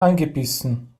angebissen